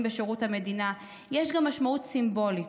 בשירות המדינה יש לכך גם משמעות סימבולית.